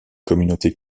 communautés